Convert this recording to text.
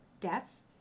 death